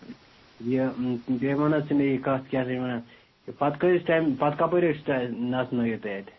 یہِ بیٚیہِ وَن حظ ژٕ مےٚ یِہِ کَتھ کیٛاہ چھِ اَتھ وَنان پَتہٕ کۭتِس ٹایِم پَتہٕ کَپٲرۍ حظ چھُو تُہۍ اَتہِ نَژٕنٲوِو تُہۍ اَتہِ